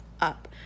up